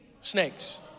snakes